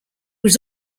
was